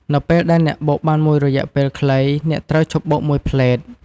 នៅពេលដែលអ្នកបុកបានមួយរយៈពេលខ្លី អ្នកត្រូវឈប់បុកមួយភ្លែត។